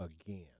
again